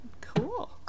Cool